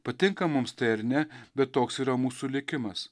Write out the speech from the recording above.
patinka mums tai ar ne bet toks yra mūsų likimas